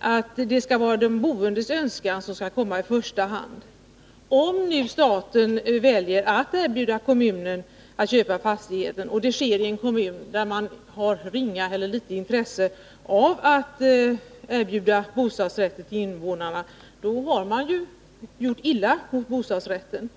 är de boendes önskan som skall komma i första rummet. Om nu staten väljer att erbjuda kommunen att köpa fastigheten och det sker i en kommun med ringa intresse för att erbjuda bostadsrätter till invånarna, då har man ju gjort illa mot bostadsrätten.